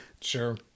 Sure